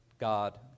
God